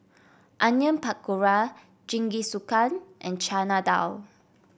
Onion Pakora Jingisukan and Chana Dal